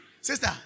Sister